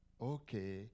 okay